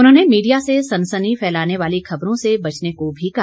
उन्होंने मीडिया से सनसनी फैलाने वाली खबरों से बचने को भी कहा